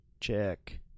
Check